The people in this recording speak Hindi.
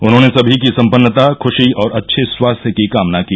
उन्होंने सभी की संपन्नता खुशी और अच्छे स्वास्थ्य की कामना की